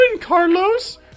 Carlos